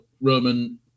Roman